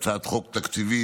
הצעת חוק תקציבית.